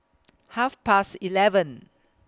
Half Past eleven